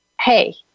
hey